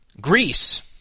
Greece